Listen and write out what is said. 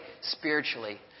spiritually